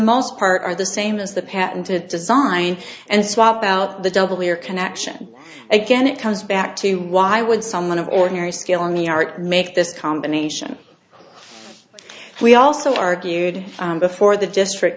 most part are the same as the patented design and swap out the double layer connection again it comes back to why would someone of ordinary skill in the art make this combination we also argued before the district